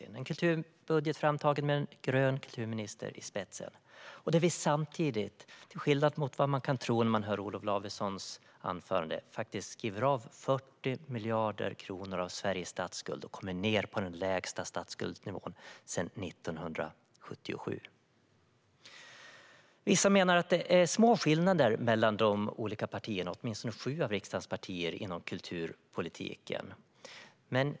Det är en kulturbudget framtagen med en grön kulturminister i spetsen. Samtidigt, till skillnad från vad vi kunde tro när vi hörde Olof Lavessons anförande, skriver budgeten av 40 miljarder kronor av Sveriges statsskuld och kommer ned på den lägsta statsskuldsnivån sedan 1977. Vissa menar att det är små skillnader mellan de olika partierna, åtminstone sju av riksdagens partier, inom kulturpolitiken.